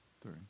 Three